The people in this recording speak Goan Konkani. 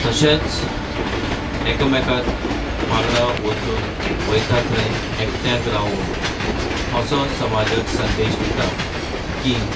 तशेंच एकामेकाक वांगडा वचून वयता थंय एकठांय रावून असो समाजाक संदेश दिता की